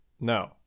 No